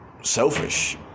selfish